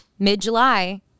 mid-July